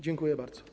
Dziękuję bardzo.